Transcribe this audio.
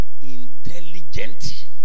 intelligent